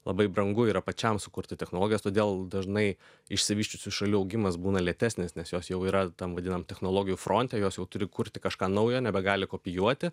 labai brangu yra pačiam sukurti technologijas todėl dažnai išsivysčiusių šalių augimas būna lėtesnis nes jos jau yra tam vadinamam technologijų fronte jos jau turi kurti kažką naujo nebegali kopijuoti